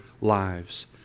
lives